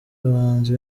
abahanzi